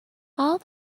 all